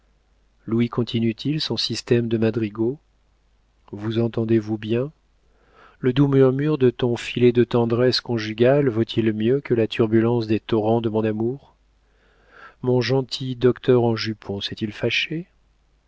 louis continue t il son système de madrigaux vous entendez-vous bien le doux murmure de ton filet de tendresse conjugale vaut-il mieux que la turbulence des torrents de mon amour mon gentil docteur en jupon s'est-il fâché